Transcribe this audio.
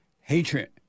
hatred